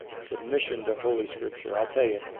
submission to holy scripture. i'll tell you,